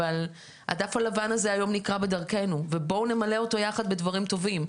אבל הדף הלבן הזה היום נקרה בדרכנו ובואו נמלא אותו יחד בדברים טובים,